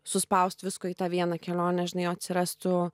suspaust visko į tą vieną kelionę žinai atsirastų